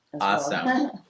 Awesome